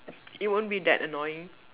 it won't be that annoying